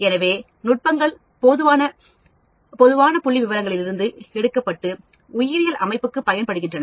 எனவே நுட்பங்கள் பொதுவான புள்ளிவிவரங்களிலிருந்து எடுக்கப்பட்டு உயிரியல் அமைப்புக்கு பயன்படுத்தப்படுகின்றன